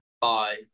bye